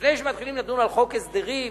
לפני שמתחילים לדון על חוק הסדרים,